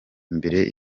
imbere